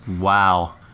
Wow